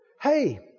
Hey